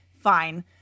fine